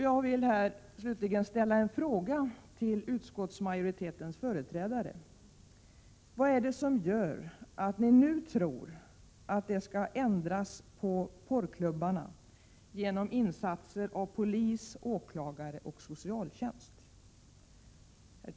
Jag vill avsluta med att ställa en fråga till utskottsmajoritetens företrädare: Vad är det som gör att ni nu tror att det skall ändras på porrklubbarna genom insatser av polis, åklagare och socialtjänst?